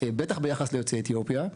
ובטח ליוצאי אתיופיה,